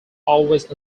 always